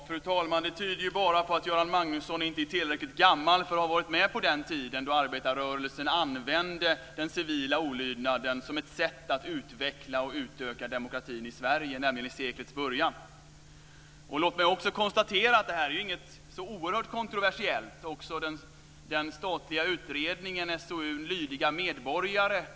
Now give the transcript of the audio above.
Fru talman! Det tyder ju bara på att Göran Magnusson inte är tillräckligt gammal för att ha varit med på den tiden då arbetarrörelsen använde den civila olydnaden som ett sätt att utveckla och utöka demokratin i Sverige, nämligen vid seklets början. Låt mig också konstatera att detta inte är något så där oerhört kontroversiellt. Också i den statliga utredningen Olydiga medborgare?